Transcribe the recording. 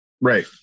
Right